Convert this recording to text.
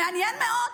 מעניין מאוד.